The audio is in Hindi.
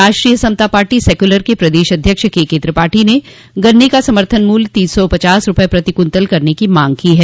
राष्ट्रीय समता पार्टी सेकलर के प्रदेश अध्यक्ष के के त्रिपाठी ने गन्ने का समर्थन मूल्य तीन सौ पचास रूपये प्रति कुन्तल करने की मांग की है